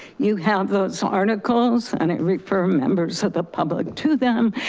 you have those so articles, and it refer members of the public to them,